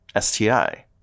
STI